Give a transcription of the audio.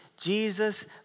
jesus